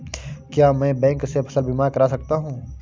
क्या मैं बैंक से फसल बीमा करा सकता हूँ?